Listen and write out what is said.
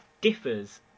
differs